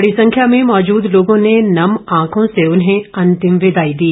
बड़ी संख्या में मौजूद लोगों ने नम आंखों से उन्हें अंतिम विदाई दी